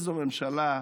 איזו ממשלה,